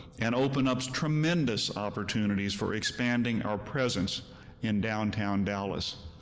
and opens up tremendous opportunities for expanding our presence in downtown dallas.